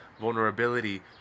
vulnerability